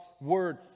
word